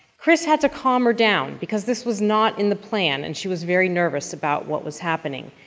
chris had to calm her down because this was not in the plan and she was very nervous about what was happening.